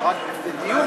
זה רק, זה דיון,